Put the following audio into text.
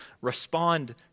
respond